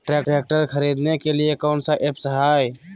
Tractor खरीदने के लिए कौन ऐप्स हाय?